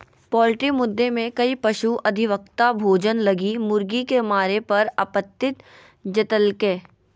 poultry मुद्दे में कई पशु अधिवक्ता भोजन लगी मुर्गी के मारे पर आपत्ति जतैल्कय